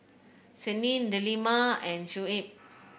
Senin Delima and Shuib